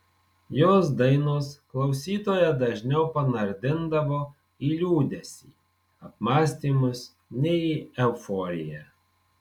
jos dainos klausytoją dažniau panardindavo į liūdesį apmąstymus nei euforiją